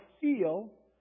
feel